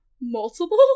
multiple